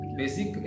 basic